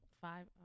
five